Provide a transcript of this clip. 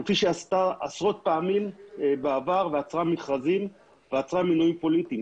כפי שעשתה עשרות פעמים בעבר ועצרה מכרזים ועצרה מינויים פוליטיים.